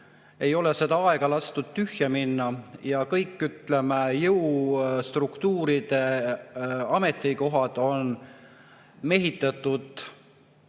ei ole seda aega lastud tühja minna ja kõik, ütleme, jõustruktuuride ametikohad on mehitatud